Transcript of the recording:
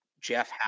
Jeff